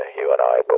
you and i but